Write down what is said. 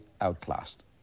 outclassed